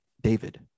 david